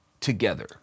together